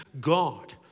God